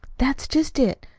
that's just it,